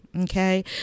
Okay